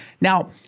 Now